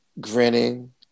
Grinning